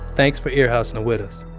thanks for ear hustling with us